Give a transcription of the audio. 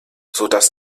sodass